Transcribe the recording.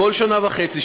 בכל שנה וחצי,